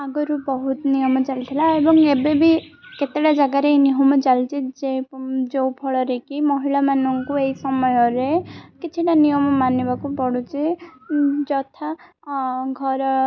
ଆଗୁରୁ ବହୁତ ନିୟମ ଚାଲିଥିଲା ଏବଂ ଏବେବି କେତେଟା ଜାଗାରେ ଏ ନିୟମ ଚାଲିଛି ଯେ ଯେଉଁ ଫଳରେ କି ମହିଳାମାନଙ୍କୁ ଏଇ ସମୟରେ କିଛିଟା ନିୟମ ମାନିବାକୁ ପଡ଼ୁଛି ଯଥା ଘର